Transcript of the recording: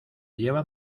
lleva